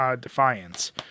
Defiance